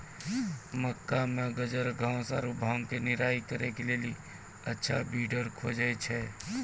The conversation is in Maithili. मक्का मे गाजरघास आरु भांग के निराई करे के लेली अच्छा वीडर खोजे छैय?